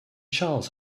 charles